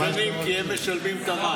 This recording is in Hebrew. הם השכנים, כי הם משלמים את המים.